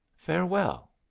farewell.